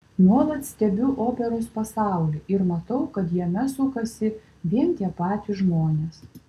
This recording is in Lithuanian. nuolat stebiu operos pasaulį ir matau kad jame sukasi vien tie patys žmonės